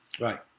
right